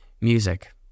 music